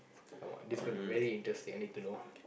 uh what this can be very interesting I need to know